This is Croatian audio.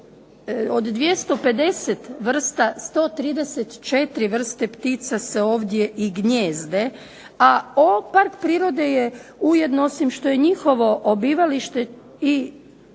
Od 250 vrsta 134 vrsta ptica se ovdje i gnijezde, a park prirode ujedno što je njihovo obitavalište i